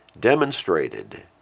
demonstrated